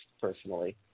personally